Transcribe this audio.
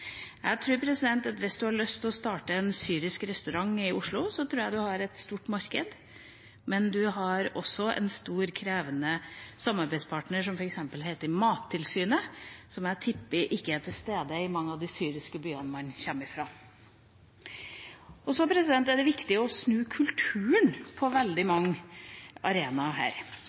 Jeg tror at hvis man har lyst til å starte en syrisk restaurant i Oslo, har man et stort marked, men man har også en stor, krevende samarbeidspartner som Mattilsynet, som jeg tipper ikke er til stede i mange av de syriske byene man kommer fra. Så er det viktig å snu kulturen på veldig mange arenaer her.